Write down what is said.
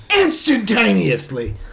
Instantaneously